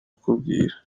kukubwira